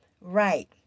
right